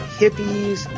hippies